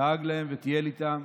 דאג להם וטייל איתם.